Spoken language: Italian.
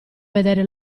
vedere